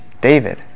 David